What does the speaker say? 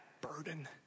burden